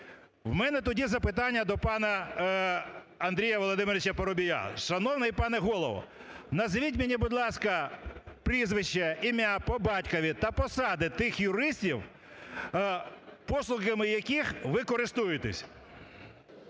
У мене тоді запитання до пана Андрія Володимировича Парубія. Шановний пане Голово, назвіть мені, будь ласка, прізвище, ім'я, по батькові та посади тих юристів, послугами яких ви користуєтесь?